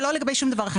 ולא לגבי שום דבר אחר.